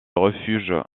refuge